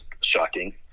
shocking